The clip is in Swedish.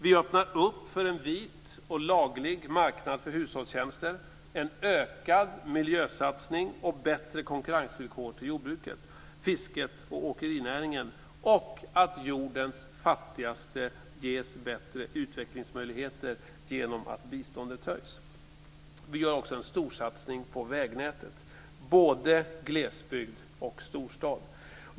Vi öppnar för en vit och laglig marknad för hushållstjänster, en ökad miljösatsning och bättre konkurrensvillkor för jordbruket, fisket och åkerinäringen samtidigt som jordens fattigaste ges bättre utvecklingsmöjligheter genom att biståndet höjs. Vi gör också en storsatsning på vägnätet i både glesbygd och storstad.